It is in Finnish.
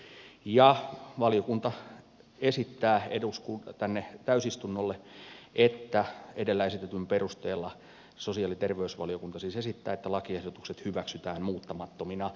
ja sosiaali ja terveysvaliokunta esittää tänne täysistunnolle että edellä esitetyn perusteella lakiehdotukset hyväksytään muuttamattomina